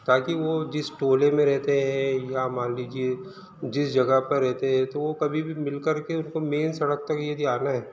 ताकि वो जिस टोले में रहते हैं या मान लीजिए जिस जगह पर रहते हैं तो वो कभी भी मिलकर के उनको मेन सड़क तक यदि आना है